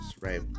right